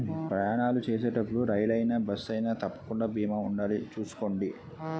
ప్రయాణాలు చేసేటప్పుడు రైలయినా, బస్సయినా తప్పకుండా బీమా ఉండాలి చూసుకోండి